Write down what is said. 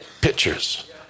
pictures